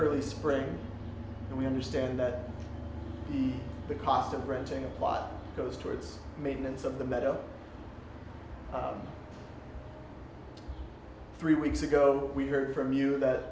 early spring and we understand that the the cost of renting a lot goes towards maintenance of the meadow three weeks ago we heard from you that